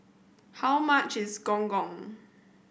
how much is Gong Gong